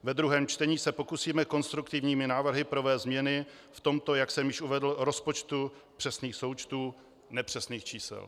Ve druhém čtení se pokusíme konstruktivními návrhy provést změny v tomto, jak jsem již uvedl, rozpočtu přesných součtů nepřesných čísel.